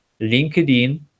LinkedIn